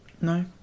No